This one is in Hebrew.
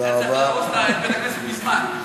היה להרוס את בית-הכנסת מזמן.